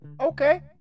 Okay